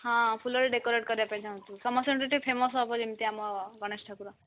ହଁ ଫୁଲରେ ଡେକୋରେଟ୍ କରିବା ପାଇଁ ଚାହୁଁଛୁ ସମସ୍ତଙ୍କଠୁ ଟିକେ ଫେମସ୍ ହେବ ଯେମିତି ଆମ ଗଣେଶ ଠାକୁର